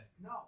No